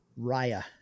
Raya